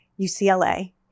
UCLA